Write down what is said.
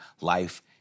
life